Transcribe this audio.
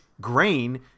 grain